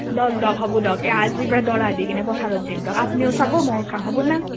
দক দক হ'ব দক আজিৰ পৰা দৰা দি কিনে পথাৰত দিম আপনিও চাব ময়ো চাম হ'ব না